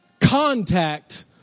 contact